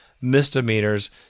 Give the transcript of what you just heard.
misdemeanors